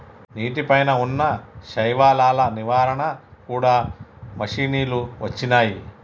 నీటి పై వున్నా శైవలాల నివారణ కూడా మషిణీలు వచ్చినాయి